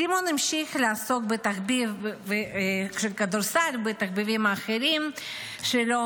סימון המשיך לעסוק בתחביב הכדורסל ובתחביבים האחרים שלו,